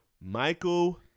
Michael